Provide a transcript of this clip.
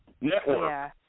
Network